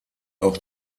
auch